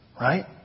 Right